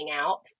out